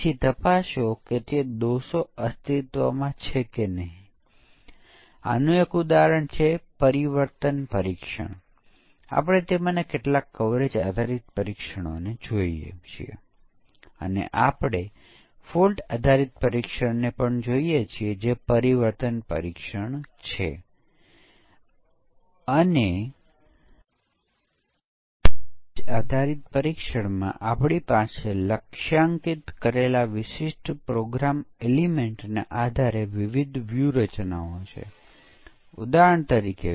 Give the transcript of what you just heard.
grey બોક્સમાં આપણે input output સ્પષ્ટીકરણો તરફ ધ્યાન આપતા નથી ન તો કોડ જોઇએ છીએ આપણે ફક્ત તેની રચના જોઈએ છીએ અને તેના આધારે આપણે પરીક્ષણના કેસો સાથે આગળ વધીએ છીએ